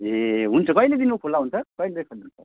ए हुन्छ कहिलेदेखिन्को खुल्ला हुन्छ कहिलेदेखि खोलिन्छ